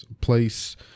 place